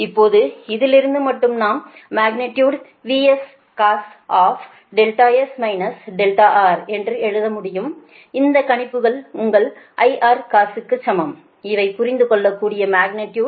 இப்போது இதிலிருந்து மட்டுமே நாம் magnitude VS cos S R என்று எழுத முடியும் இந்த கணிப்புகள் உங்கள் IR cos க்கு சமம் இவை புரிந்து கொள்ளக்கூடிய மக்னிடியுடு